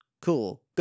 Cool